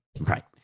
right